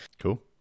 Cool